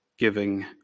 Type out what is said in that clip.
giving